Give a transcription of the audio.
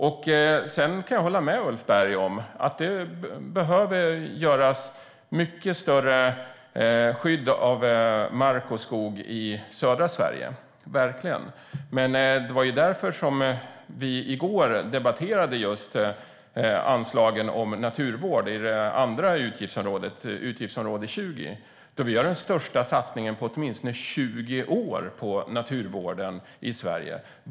Jag kan hålla med Ulf Berg om att det behöver avsättas mycket mer mark och skog i södra Sverige, verkligen. Det var därför vi debatterade anslagen om naturvård i det andra utgiftsområdet, utgiftsområde 20, i går. Vi gör den största satsningen på åtminstone 20 år på naturvården i Sverige.